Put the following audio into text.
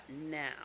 now